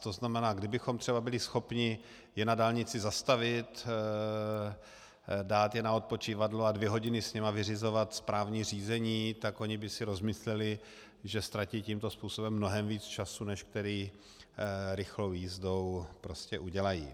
To znamená, kdybychom třeba byli schopni je na dálnici zastavit, dát je na odpočívadlo a dvě hodiny s nimi vyřizovat správní řízení, tak oni by si rozmysleli, že ztratí tímto způsobem mnohem víc času, než který rychlou jízdou udělají.